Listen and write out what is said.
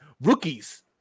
rookies